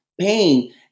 pain